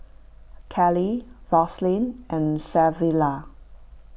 Cali Roselyn and Savilla